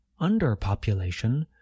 Underpopulation